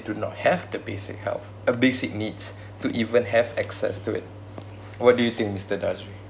do not have the basic health a basic needs to even have access to it what do you think mister dhatri